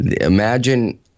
imagine